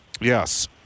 Yes